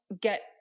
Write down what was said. get